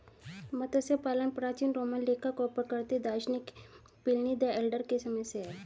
मत्स्य पालन प्राचीन रोमन लेखक और प्राकृतिक दार्शनिक प्लिनी द एल्डर के समय से है